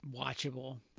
Watchable